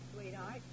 sweetheart